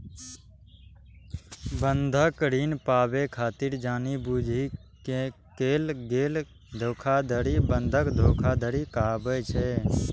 बंधक ऋण पाबै खातिर जानि बूझि कें कैल गेल धोखाधड़ी बंधक धोखाधड़ी कहाबै छै